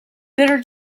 bitter